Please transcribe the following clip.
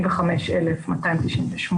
- 45,298.